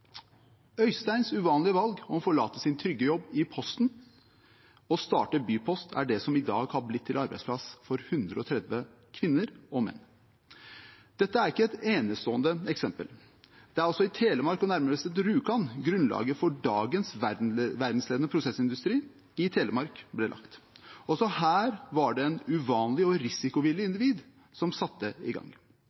Øysteins uvanlige valg om å forlate sin trygge jobb i Posten og starte Bypost er det som i dag har blitt til arbeidsplassen for 130 kvinner og menn. Dette er ikke et enestående eksempel. Det er også i Telemark, nærmere bestemt Rjukan, grunnlaget for dagens verdensledende prosessindustri, i Telemark, ble lagt. Også her var det et uvanlig og risikovillig individ som satte i gang.